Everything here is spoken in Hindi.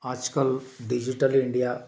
आज कल डिज़िटल इंडिया